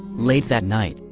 late that night,